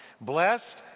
Blessed